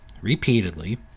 repeatedly